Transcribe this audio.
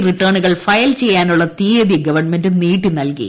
റിട്ടേണുകൾ file ചെയ്യാനുളള തീയതി government നീട്ടി നൽകി